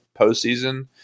postseason –